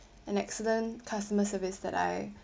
an excellent customer service that I